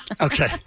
Okay